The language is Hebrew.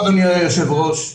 אדוני היושב-ראש,